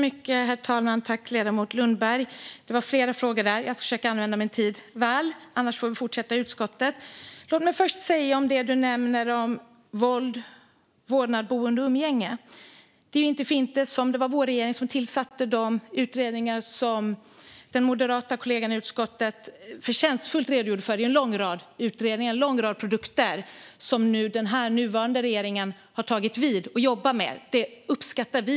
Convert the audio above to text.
Herr talman! Det var flera frågor. Jag ska försöka använda min tid väl. Vi får fortsätta diskutera i utskottet om jag inte hinner med allt. Du nämner frågan om vårdnad, boende och umgänge vid våld. Det är inte för inte som det var vår regering som tillsatte de utredningar som den moderata kollegan i utskottet förtjänstfullt redogjorde för. Det är en lång rad utredningar, en lång rad produkter, som den nuvarande regeringen har tagit över och jobbar med. Det uppskattar vi.